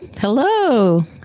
hello